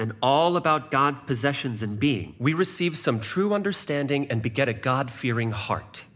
and all about god possessions and being we receive some true understanding and beget a god fearing heart